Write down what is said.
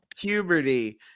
puberty